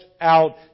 out